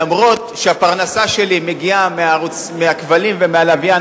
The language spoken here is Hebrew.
אף-על-פי שהפרנסה שלי מגיעה מהכבלים ומהלוויין,